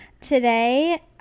Today